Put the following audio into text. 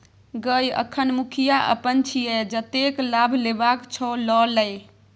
गय अखन मुखिया अपन छियै जतेक लाभ लेबाक छौ ल लए